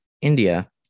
India